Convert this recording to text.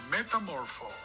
Metamorpho